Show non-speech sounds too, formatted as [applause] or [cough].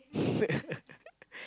[laughs]